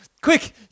Quick